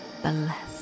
bless